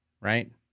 right